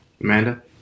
Amanda